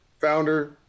founder